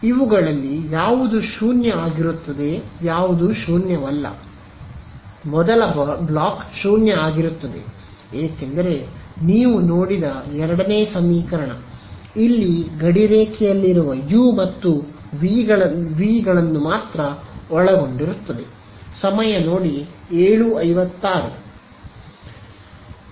ಇವುಗಳಲ್ಲಿ ಯಾವುದು 0 ಆಗಿರುತ್ತದೆ ಯಾವುದು ಶೂನ್ಯವಲ್ಲ ಮೊದಲ ಬ್ಲಾಕ್ 0 ಆಗಿರುತ್ತದೆ ಏಕೆಂದರೆ ನೀವು ನೋಡಿದ 2 ಸಮೀಕರಣ ಇಲ್ಲಿ ಗಡಿರೇಖೆಯಲ್ಲಿರುವ ಯು ಮತ್ತು ವಿ ಗಳನ್ನು ಮಾತ್ರ ಒಳಗೊಂಡಿರುತ್ತದೆ